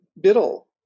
Biddle